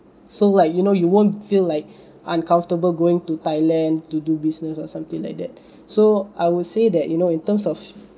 so like you know you won't feel like uncomfortable going to thailand to do business or something like that so I will say that you know in terms of